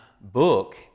book